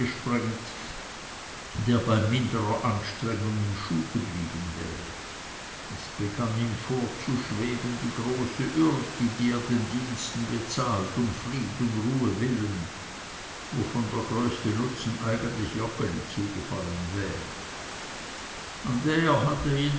ausgesprengt der bei minderer anstrengung im schuh geblieben wäre es begann ihm vorzuschweben die große ürti die er den diensten bezahlt um fried und ruhe willen wovon der größte nutzen eigentlich joggeli zugefallen wäre an der hatte ihm